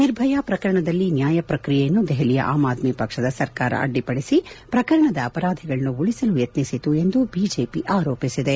ನಿರ್ಭಯಾ ಪ್ರಕರಣದಲ್ಲಿ ನ್ಯಾಯ ಪ್ರಕ್ರಿಯೆಯನ್ನು ದೆಹಲಿಯ ಆಮ್ ಆದ್ಮಿ ಪಕ್ಷದ ಸರ್ಕಾರ ಅಡ್ಡಿಪಡಿಸಿ ಪ್ರಕರಣದ ಅಪರಾಧಿಗಳನ್ನು ಉಳಿಸಲು ಯತ್ನಿಸಿತು ಎಂದು ಬಿಜೆಪಿ ಆರೋಪಿಸಿದೆ